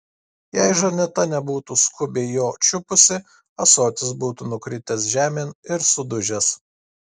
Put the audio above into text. jei žaneta nebūtų skubiai jo čiupusi ąsotis būtų nukritęs žemėn ir sudužęs